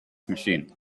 machine